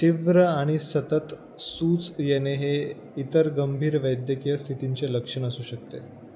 तीव्र आणि सतत सूज येणे हे इतर गंभीर वैद्यकीय स्थितींचे लक्षण असू शकते